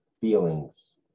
feelings